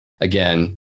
again